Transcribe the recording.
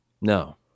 no